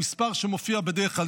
המספר שמופיע בדרך כלל,